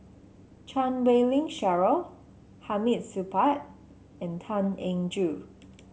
Chan Wei Ling Cheryl Hamid Supaat and Tan Eng Joo